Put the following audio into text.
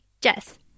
Jess